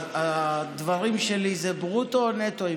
הדברים שלי זה ברוטו או נטו,